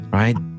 right